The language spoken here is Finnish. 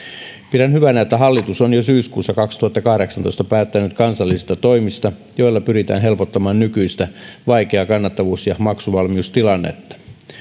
pidän hyvänä että hallitus on jo syyskuussa kaksituhattakahdeksantoista päättänyt kansallisista toimista joilla pyritään helpottamaan nykyistä vaikeaa kannattavuus ja maksuvalmiustilannetta